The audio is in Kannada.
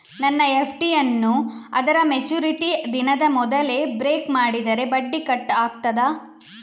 ನನ್ನ ಎಫ್.ಡಿ ಯನ್ನೂ ಅದರ ಮೆಚುರಿಟಿ ದಿನದ ಮೊದಲೇ ಬ್ರೇಕ್ ಮಾಡಿದರೆ ಬಡ್ಡಿ ಕಟ್ ಆಗ್ತದಾ?